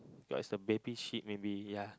got is the baby sheep maybe ya